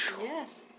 Yes